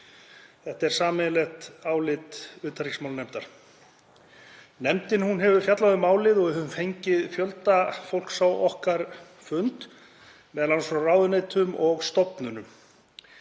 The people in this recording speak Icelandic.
Þetta er sameiginlegt álit utanríkismálanefndar. Nefndin hefur fjallað um málið og við höfum fengið fjölda fólks á okkar fund, m.a. frá ráðuneytum og stofnunum.